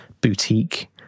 boutique